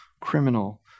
criminal